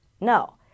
No